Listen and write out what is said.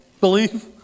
believe